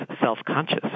self-conscious